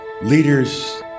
Leaders